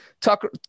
Tucker